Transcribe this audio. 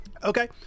Okay